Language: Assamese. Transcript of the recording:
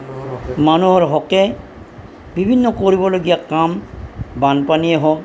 মানুহৰ হকে বিভিন্ন কৰিবলগীয়া কাম বানপানীয়েই হওক